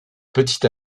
petite